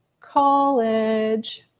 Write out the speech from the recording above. College